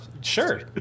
Sure